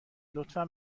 لطفا